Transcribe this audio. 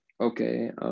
Okay